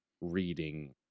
reading